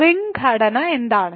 ring ഘടന എന്താണ്